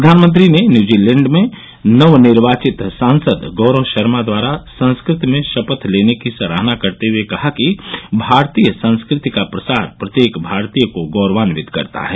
प्रधानमंत्री ने न्यूजीलैंड में नवनिर्वाचित सांसद गौरव शर्मा द्वारा संस्कृत में शपथ लेने की सराहना करते हुए कहा कि भारतीय संस्कृति का प्रसार प्रत्येक भारतीय को गौरवान्वित करता है